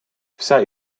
вся